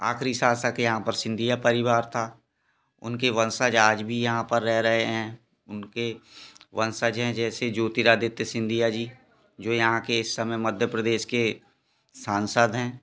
आखिरी शासक यहाँ पर सिंधिया परिवार था उनके वंशज आज भी यहाँ पर रह रहे हैं उनके वंशज है जैसे ज्योतिरादित्य सिंधिया जी जो यहाँ के इस समय मध्य प्रदेश के सांसद हैं